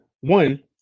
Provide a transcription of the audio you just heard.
one